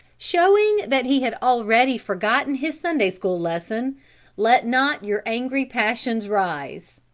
showing that he had already forgotten his sunday-school lesson let not your angry passions rise.